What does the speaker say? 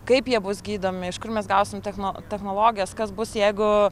kaip jie bus gydomi iš kur mes gausim techno technologijos kas bus jeigu